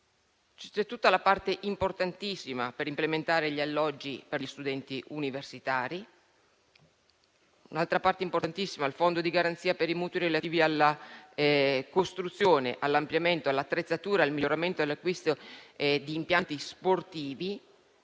C'è tutta la parte, importantissima, per implementare gli alloggi per gli studenti universitari. Un'altra parte importantissima è il Fondo di garanzia per i mutui relativi alla costruzione, all'ampliamento, all'attrezzatura, al miglioramento e all'acquisto di impianti sportivi.